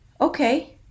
Okay